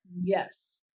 Yes